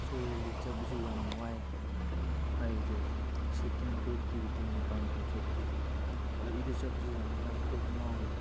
ꯁꯤꯔꯣꯏ ꯂꯤꯂꯤ ꯆꯠꯄꯁꯤ ꯌꯥꯝ ꯋꯥꯏ ꯍꯥꯏꯕꯗꯤ ꯁꯤ ꯄꯨꯡ ꯇꯔꯨꯛꯇꯒꯤ ꯄꯨꯡ ꯅꯤꯄꯥꯜ ꯐꯥꯎ ꯆꯠꯄꯁꯤ ꯒꯥꯔꯤꯗ ꯆꯠꯄꯁꯤ ꯌꯥꯝ ꯋꯥꯏ ꯀꯣꯛ ꯉꯥꯎꯏ